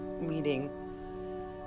meeting